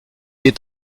est